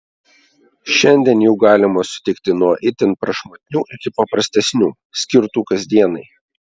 šiandien jų galima sutikti nuo itin prašmatnių iki paprastesnių skirtų kasdienai